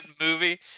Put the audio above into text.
movie